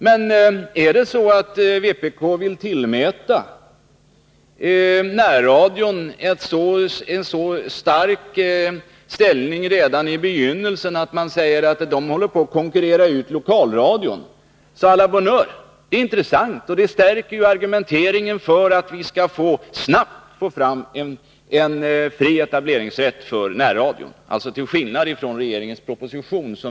Men är det på det sättet att vpk vill tillmäta närradion en så stor betydelse redan i begynnelsen, att man säger att den håller på att konkurrera ut lokalradion, så la bonne heure: Det är intressant och det stärker ju argumenteringen för att vi snabbt skall få fram en fri etableringsrätt för närradion, alltså till skillnad från regeringens proposition.